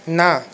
না